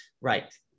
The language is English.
Right